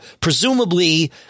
Presumably